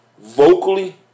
vocally